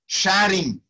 sharing